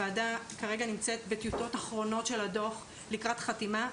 הוועדה נמצאת בטיוטות אחרונות של הדוח ולקראת חתימה.